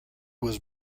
was